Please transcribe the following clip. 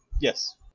Yes